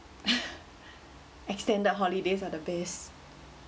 extended holidays are the best